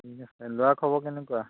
ঠিক আছে ল'ৰা খবৰ কেনেকুৱা